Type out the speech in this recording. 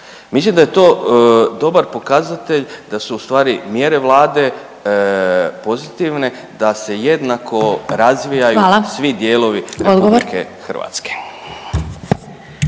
Mislim da je to dobar pokazatelj da su ustvari mjere Vlade pozitivne, da se jednako razvijaju svi …/Upadica Glasova: